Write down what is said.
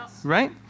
Right